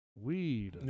Weed